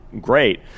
great